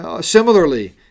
similarly